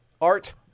Art